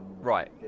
right